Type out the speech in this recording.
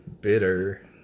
bitter